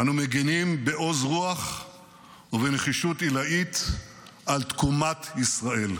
אנו מגנים בעוז רוח ובנחישות עילאית על תקומת ישראל.